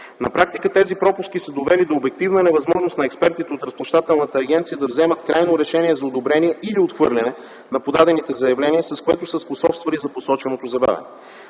На практика тези пропуски са довели до обективна невъзможност на експертите от Разплащателната агенция да вземат крайно решение за одобрение или отхвърляне на подадените заявления, с което са способствали за посоченото забавяне.